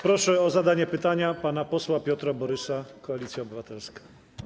Proszę o zadanie pytania pana posła Piotra Borysa, Koalicja Obywatelska.